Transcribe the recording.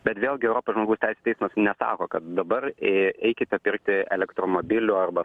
bet vėlgi europos žmogaus teisių teis nesako kad dabar eikite pirkti elektromobilių arba